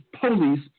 police